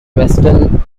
western